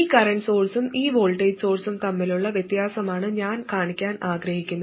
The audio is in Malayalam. ഈ കറന്റ് സോഴ്സും ഈ വോൾട്ടേജ് സോഴ്സും തമ്മിലുള്ള വ്യത്യാസമാണ് ഞാൻ കാണിക്കാൻ ആഗ്രഹിക്കുന്നത്